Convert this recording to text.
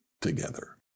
together